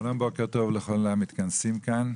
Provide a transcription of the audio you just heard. שלום, בוקר טוב לכל המתכנסים כאן.